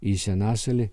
į senasalį